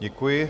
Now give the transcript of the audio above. Děkuji.